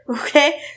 okay